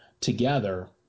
together